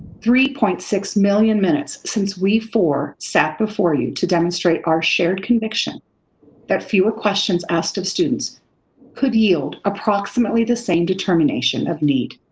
three point six million minutes since we four sat before you to demonstrate our shared conviction that fewer questions asked of students could yield approximately the same determination of need.